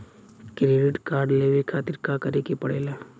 Credit card लेवे खातिर का करे के पड़ेला?